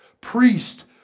priest